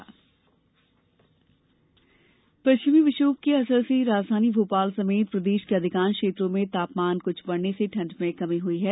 मौसम पश्चिमी विक्षोभ के असर से राजधानी भोपाल समेत प्रदेश के अधिकांश क्षेत्रों में तापमान कुछ बढ़ने से ठंड में कमी हुई है